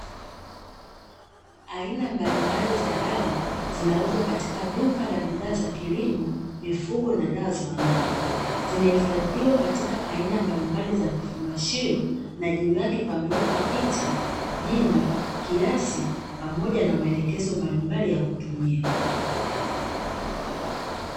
Aina mbalimbali za dawa zinauzwa katika duka la bidhaa za kilimo, mifugo na dawa za wanyama. Zimehifadhiwa katika aina mbalimbali za vifungashio na juu yake pamewekwa picha, jina, kiasi pamoja na maelekezo mbalimbali ya kutumia.